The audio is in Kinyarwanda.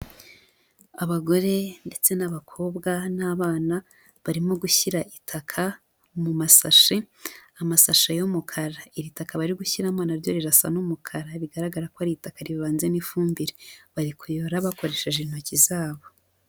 Abagore ndetse n'abakobwa n'abana barimo gushyira itaka mu masashe, amasashe y'umukara. Iri taka bari gushyiramo naryo rirasa n'umukara, bigaragara ko ari itaka rivanze n'ifumbire, bari kuyora bakoresheje intoki zabo.